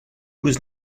was